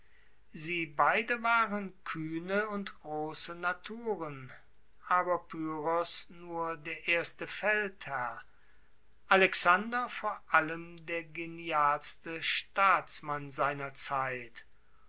sie beide waren kuehne und grosse naturen aber pyrrhos nur der erste feldherr alexander vor allem der genialste staatsmann seiner zeit